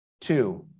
Two